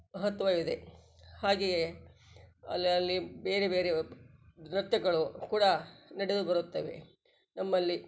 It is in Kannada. ಮಹತ್ವವಿದೆ ಹಾಗೆಯೇ ಅಲ್ಲಲ್ಲಿ ಬೇರೆ ಬೇರೆ ನೃತ್ಯಗಳು ಕೂಡಾ ನಡೆದು ಬರುತ್ತವೆ ನಮ್ಮಲ್ಲಿ